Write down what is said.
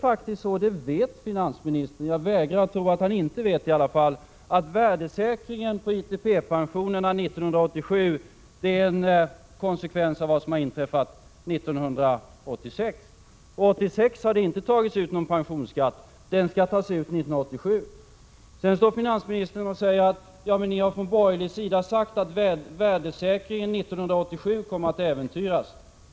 Finansministern vet ju — jag vägrar att tro att han inte vet det — att värdesäkringen av ITP-pensionerna 1987 är en konsekvens av vad som har inträffat 1986. År 1986 har någon pensionsskatt inte tagits ut, den skatten skall tas ut 1987. Sedan säger finansministern att vi från borgerlig sida har hävdat att värdesäkringen 1987 kommer att äventyras.